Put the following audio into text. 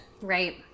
Right